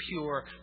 pure